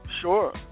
Sure